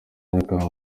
nyakanga